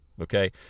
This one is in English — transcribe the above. okay